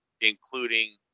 including